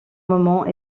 moment